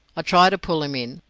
i tried to pull him in,